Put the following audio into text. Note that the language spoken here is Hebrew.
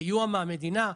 סיוע מהמדינה,